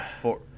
Four